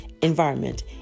environment